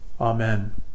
Amen